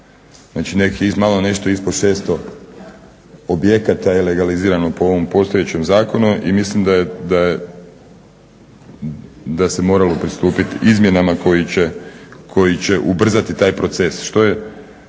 Znači malo nešto ispod 600 objekata je legalizirano po ovom postojećem zakonu i mislim da se moralo pristupiti izmjenama koje će ubrzati taj proces. Što je